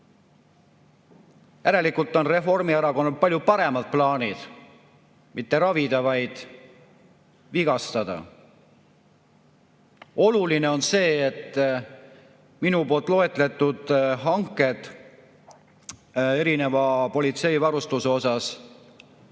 Järelikult on Reformierakonnal palju paremad plaanid – mitte ravida, vaid vigastada. Oluline on see, et minu loetletud hankeid erineva politseivarustuse osas saab